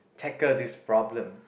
tackle this problem